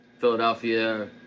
Philadelphia